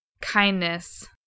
kindness